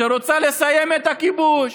שרוצה לסיים את הכיבוש,